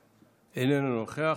עודה, איננו נוכח.